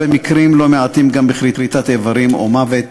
במקרים לא מעטים גם בכריתת איברים או מוות.